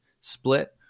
split